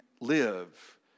live